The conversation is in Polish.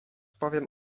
powiem